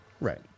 Right